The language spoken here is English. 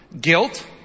Guilt